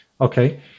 Okay